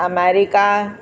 America